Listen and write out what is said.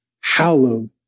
hallowed